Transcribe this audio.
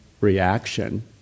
reaction